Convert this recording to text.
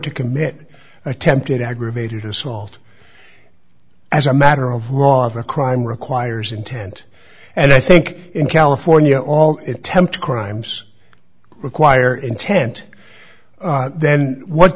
to commit attempted aggravated assault as a matter of law the crime requires intent and i think in california all it tempt crimes require intent then what